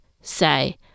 say